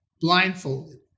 blindfolded